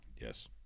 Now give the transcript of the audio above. Yes